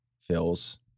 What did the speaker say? feels